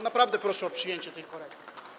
Naprawdę proszę o przyjęcie tej korekty.